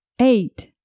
Eight